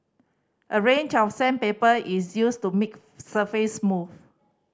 a range of sandpaper is used to make surface smooth